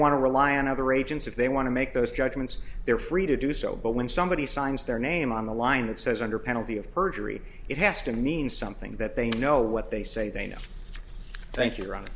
want to rely on other agents if they want to make those judgments they're free to do so but when somebody signs their name on the line that says under penalty of perjury it has to mean something that they know what they say they know thank you r